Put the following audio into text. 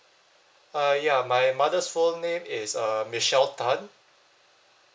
uh ya my mother's full name is uh michelle tan